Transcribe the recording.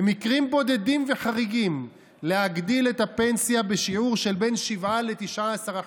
במקרים בודדים וחריגים להגדיל את הפנסיה בשיעור של בין 7% ל-19%.